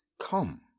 come